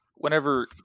Whenever